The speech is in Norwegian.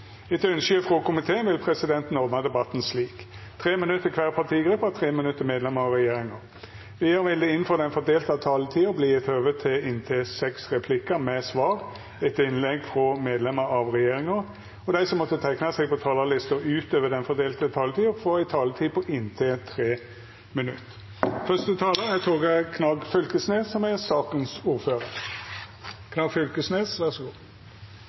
Etter ønske frå næringskomiteen vil presidenten ordna debatten slik: 3 minutt til kvar partigruppe og 3 minutt til medlemmer av regjeringa. Vidare vil det – innanfor den fordelte taletida – verta gjeve høve til replikkordskifte med inntil seks replikkar med svar etter innlegg frå medlemmer av regjeringa. Og dei som måtte teikna seg på talarlista utover den fordelte taletida, får òg ei taletid på inntil 3 minutt. Først vil eg takke komiteen for samarbeidet og takke for representantforslaget. Vi står her med eit forslag som